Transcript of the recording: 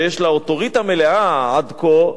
שיש לה אוטוריטה מלאה עד כה,